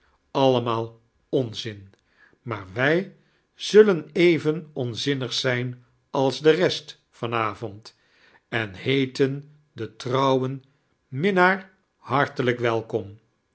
allemaal onzin maar wij zullen even onzinnig zijn als de rest van avond en heeten den trouwem minnaar hartelijk welkom